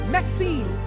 Maxine